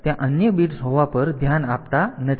તેથી આપણે ત્યાં અન્ય બિટ્સ હોવા પર ધ્યાન આપતા નથી